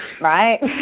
right